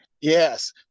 Yes